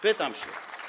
Pytam się.